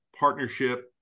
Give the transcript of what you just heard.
Partnership